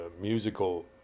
musical